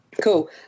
Cool